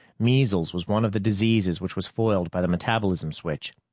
measles was one of the diseases which was foiled by the metabolism switch.